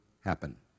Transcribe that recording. happen